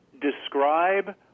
describe